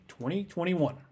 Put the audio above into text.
2021